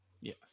Yes